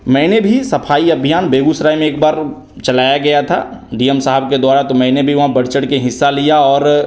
मैंने भी सफाई अभियान बेगूसराय में एक बार चलाया गया था डी एम साहब के द्वारा तो मैंने भी वहाँ बढ़चढ़ कर हिस्सा लिया और